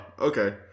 okay